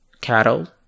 Cattle